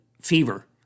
fever